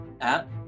app